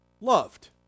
loved